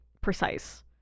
precise